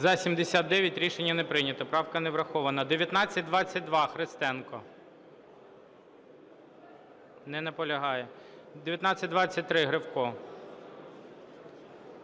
За-79 Рішення не прийнято. Правка не врахована. 1922, Христенко. Не наполягає. 1923, Гривко.